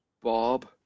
Bob